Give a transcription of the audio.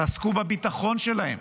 תעסקו בביטחון שלהם.